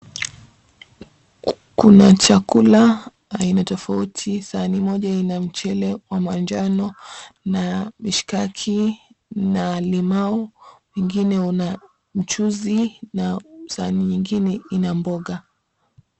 Kuna chakula aina tofauti, sahani moja ina mchele wa manjano na mishikaki na limau, mwingine una mchuzi na sahani nyingine ina mboga.